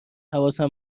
حواسم